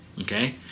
okay